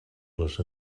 les